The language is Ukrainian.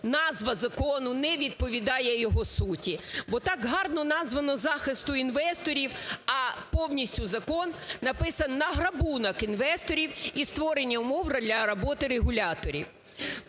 назва закону не відповідає його суті. Бо так гарно названо "захисту інвесторів", а повністю закон написано на грабунок інвесторів і створення умов для роботи регуляторів.